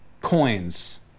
coins